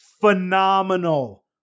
phenomenal